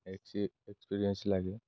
ଏକ୍ସି experience ଲାଗେ